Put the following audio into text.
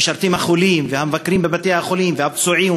משרתים את החולים ואת המבקרים בבתי-החולים ואת הפצועים,